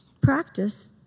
practice